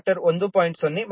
0 ಮತ್ತು exponent E 1